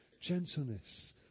gentleness